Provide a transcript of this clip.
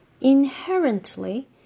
Inherently